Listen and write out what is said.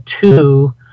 two